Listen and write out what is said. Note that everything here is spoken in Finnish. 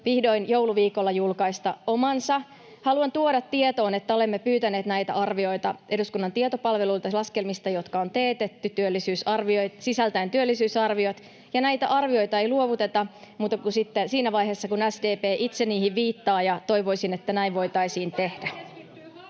vihdoin jouluviikolla julkaista omansa. Haluan tuoda tietoon, että olemme pyytäneet näitä arvioita eduskunnan tietopalvelulta laskelmista, jotka on teetetty, sisältäen työllisyysarviot, ja näitä arvioita ei luovuteta ennen kuin sitten siinä vaiheessa, kun SDP itse niihin viittaa. Toivoisin, että näin voitaisiin tehdä.